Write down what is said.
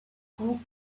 group